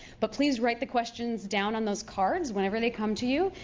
but please write the questions down on those cards whenever they come to you.